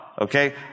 Okay